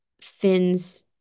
thins